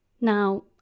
now